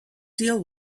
deal